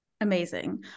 Amazing